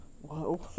Whoa